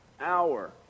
hour